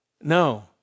No